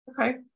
Okay